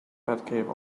batcave